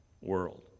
world